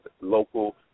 local